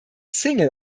single